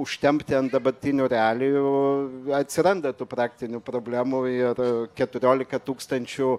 užtempti ant dabartinių realijų atsiranda tų praktinių problemų ir keturiolika tūkstančių